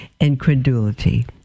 incredulity